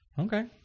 Okay